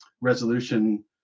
resolution